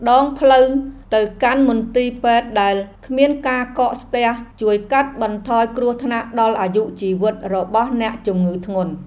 ដងផ្លូវទៅកាន់មន្ទីរពេទ្យដែលគ្មានការកកស្ទះជួយកាត់បន្ថយគ្រោះថ្នាក់ដល់អាយុជីវិតរបស់អ្នកជំងឺធ្ងន់។